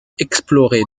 explorer